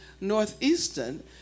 Northeastern